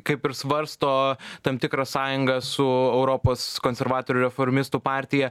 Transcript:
kaip ir svarsto tam tikrą sąjungą su europos konservatorių reformistų partija